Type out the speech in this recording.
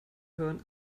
hören